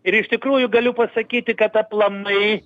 ir iš tikrųjų galiu pasakyti kad aplamai